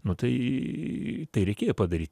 nu tai tai reikėjo padaryt